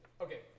Okay